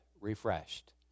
refreshed